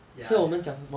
ya ya